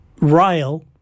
rail